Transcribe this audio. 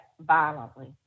violently